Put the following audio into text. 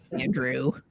andrew